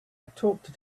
talked